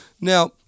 Now